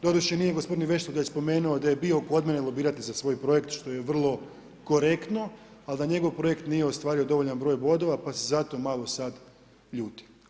Doduše, nije gospodin Vešligaj spomenuo, da je bio kod mene lobirati za svoj projekt što je vrlo korektno, ali da njegov projekt nije ostvario dovoljan broj bodova, pa se zato sad malo ljuti.